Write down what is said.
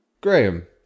Graham